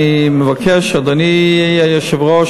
אדוני היושב-ראש,